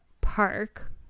Park